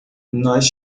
nós